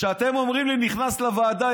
כשאתם אומרים לי: נכנס לוועדה,